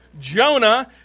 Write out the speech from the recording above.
Jonah